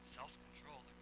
self-control